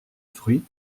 fruits